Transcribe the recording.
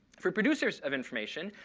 for producers of information,